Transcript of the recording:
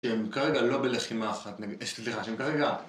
שהם כרגע לא בלחימה אחת, סליחה, שהם כרגע...